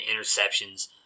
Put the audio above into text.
interceptions